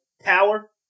power